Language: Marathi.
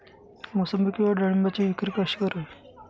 मोसंबी किंवा डाळिंबाची विक्री कशी करावी?